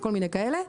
וכל מיני כאלה.